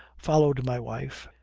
followed my wife,